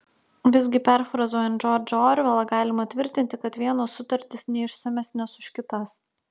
visgi perfrazuojant džordžą orvelą galima tvirtinti kad vienos sutartys neišsamesnės už kitas